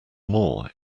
more